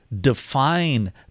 define